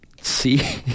see